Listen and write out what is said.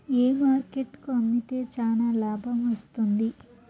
ఏ market కు అమ్మితే చానా లాభం వస్తుంది?